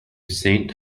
saint